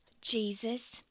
Jesus